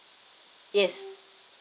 yes